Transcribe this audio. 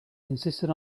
insisted